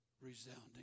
Resounding